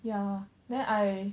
ya then I